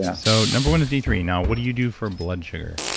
and so number one is d three. now, what do you do for blood sugar?